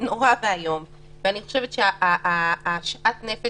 נורא ואיום, אני חושבת ששאט הנפש